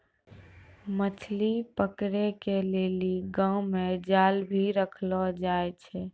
मछली पकड़े के लेली गांव मे जाल भी रखलो जाए छै